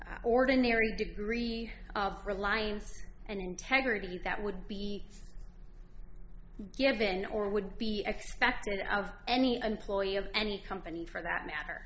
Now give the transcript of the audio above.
ordinary degree of reliance and integrity that would be given or would be expected of any employee of any company for that matter